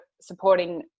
supporting